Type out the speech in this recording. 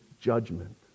judgment